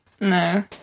No